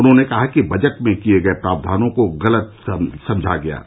उन्होंने कहा कि बजट में किये गये प्रावधानों को गलत समझा गया है